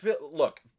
look